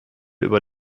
über